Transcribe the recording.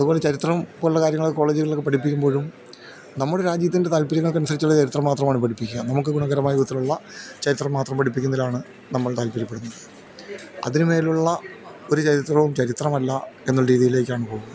അതുപോലെ ചരിത്രം പോലുള്ള കാര്യങ്ങളൊക്കെ കോളേജുകളിൽ ഒക്കെ പഠപ്പിക്കുമ്പോഴും നമ്മുടെ രാജ്യത്തിൻ്റെ താല്പര്യങ്ങൾക്ക് അനുസരിച്ചുള്ള ചരിത്രം മാത്രമാണ് പഠിപ്പിക്കുക നമുക്ക് ഗുണകരമായ വിധത്തിലുള്ള ചരിത്രം മാത്രം പഠിപ്പിക്കുന്നതിലാണ് നമ്മൾ താല്പര്യപ്പെടുന്നത് അതിന് മേലുള്ള ഒരു ചരിത്രവും ചരിത്രമല്ല എന്നുള്ള രീതീലേക്കാണ് പോവുന്നത്